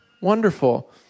Wonderful